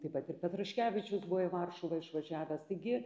taip pat ir petraškevičius buvo į varšuvą išvažiavęs taigi